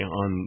on